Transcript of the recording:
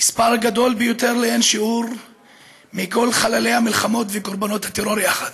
מספר גדול ביותר לאין שיעור מכל חללי המלחמות וקורבנות הטרור יחד,